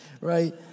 right